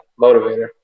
Motivator